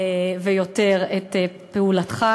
ויותר את פעולתך,